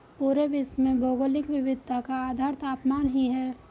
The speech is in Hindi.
पूरे विश्व में भौगोलिक विविधता का आधार तापमान ही है